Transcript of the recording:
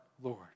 Lord